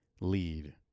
lead